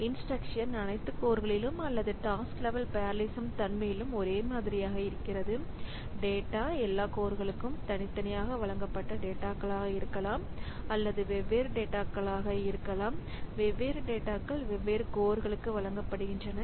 instruction அனைத்து கோர்களிலும் அல்லது டாஸ்க் லெவல் பெரலலிசம் தன்மையிலும் ஒரே மாதிரியாக இருக்கிறது டேட்டா எல்லா கோர்களுக்கும் தனித்தனியாக வழங்கப்பட்ட டேட்டாகளாக இருக்கலாம் அல்லது வெவ்வேறு டேட்டாகளாக இருக்கலாம் வெவ்வேறு டேட்டாகள் வெவ்வேறு கோர்களுக்கு வழங்கப்படுகின்றன